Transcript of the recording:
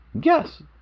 Yes